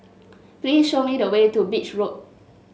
please show me the way to Beach Road